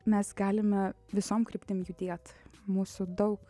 mes galime visom kryptim judėt mūsų daug